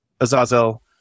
azazel